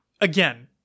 again